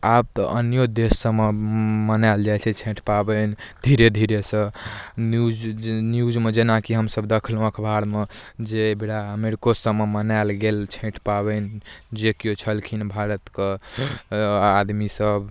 आब तऽ अन्यो देश सभमे मनायल जाइ छै छठि पाबनि धीरे धीरेसँ न्यूज न्यूजमे जेनाकि हमसभ देखलहुँ अखबारमे जे एहि बेरा अमेरिको सभमे मनायल गेल छठि पाबनि जे किओ छलखिन भारतके आदमीसभ